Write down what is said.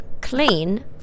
clean